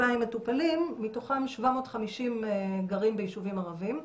2,000 מטופלים מתוכם 750 גרים ביישובים ערביים.